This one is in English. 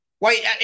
wait